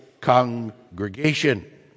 congregation